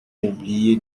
oublié